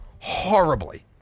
horribly